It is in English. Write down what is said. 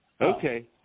Okay